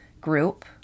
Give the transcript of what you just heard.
Group